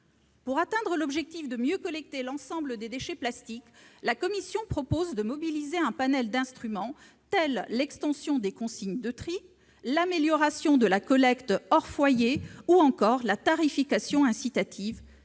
Pour atteindre l'objectif de mieux collecter l'ensemble des déchets plastiques, la commission propose de mobiliser un panel d'instruments, telles l'extension des consignes de tri, l'amélioration de la collecte hors foyer, ou encore la tarification incitative,